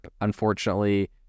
unfortunately